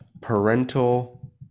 Parental